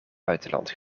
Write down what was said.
buitenland